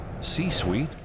c-suite